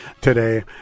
today